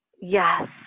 Yes